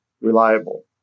reliable